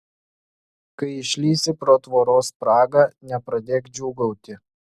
kai išlįsi pro tvoros spragą nepradėk džiūgauti